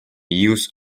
use